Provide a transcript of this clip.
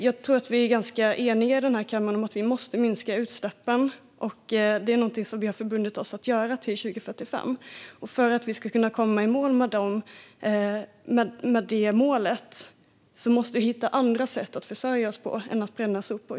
Jag tror att vi är ganska eniga i den här kammaren om att vi måste minska utsläppen, och det är någonting som vi har förbundit oss att göra till 2045. För att vi ska kunna komma i mål med det måste vi hitta andra sätt att försörja oss än att bränna sopor.